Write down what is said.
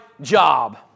job